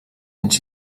anys